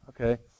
okay